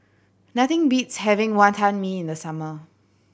nothing beats having Wantan Mee in the summer